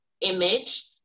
image